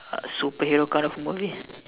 superhero kind of movie